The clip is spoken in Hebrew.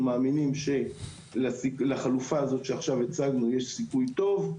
אנחנו מאמינים שלחלופה הזאת שעכשיו הצגנו יש סיכוי טוב,